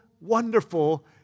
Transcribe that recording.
wonderful